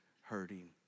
hurting